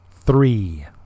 Three